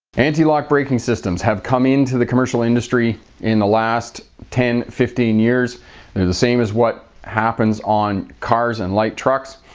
anti-lock braking systems have come into the commercial industry in the last ten fifteen years and the same as what happens on cars and light trucks.